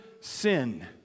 sin